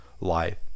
life